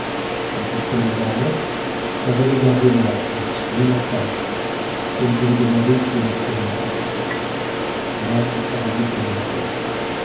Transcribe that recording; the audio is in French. mrs paulina barnett avait regardé madge bien en face comme pour lui demander si elle espérait encore madge avait détourné la tête